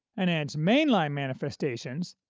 and in its mainline manifestations,